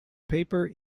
paper